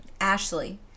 Ashley